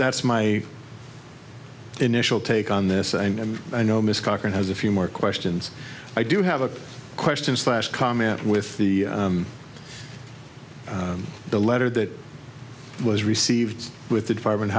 that's my initial take on this and i know mr cochran has a few more questions i do have a question slash comment with the the letter that was received with the department